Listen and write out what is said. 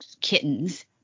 kittens